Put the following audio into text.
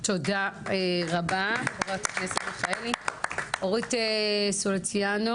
תודה רבה חברת הכנסת מיכאלי, אורית סוליציאנו